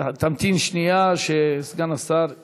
תמתין שנייה עד שסגן השר יגיע.